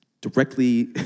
directly